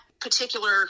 particular